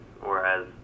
whereas